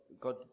God